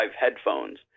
headphones